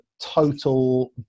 total